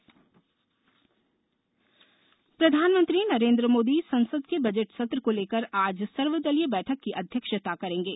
प्रधानमंत्री प्रधानमंत्री नरेंद्र मोदी संसद के बजट सत्र को लेकर आज सर्वदलीय बैठक की अध्यक्ष्ता करेंगे